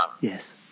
Yes